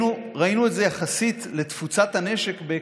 ראינו את זה בהיקף קטן יחסית לתפוצת הנשק.